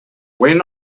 when